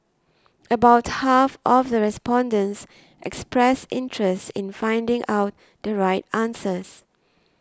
about half of the respondents expressed interest in finding out the right answers